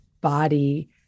body